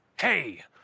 Hey